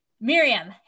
Miriam